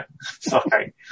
Sorry